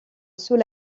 sous